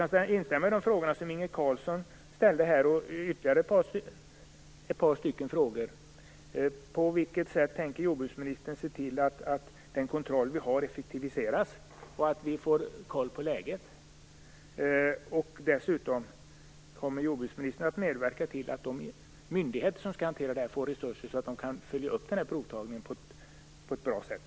Jag instämmer i de frågor som Inge Carlsson ställde, och jag har ytterligare ett par stycken: På vilket sätt tänker jordbruksministern se till att den kontroll vi har effektiviseras så att vi får koll på läget? Kommer jordbruksministern att medverka till att de myndigheter som skall hantera detta får resurser så att de kan följa upp provtagningen på ett bra sätt?